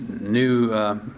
new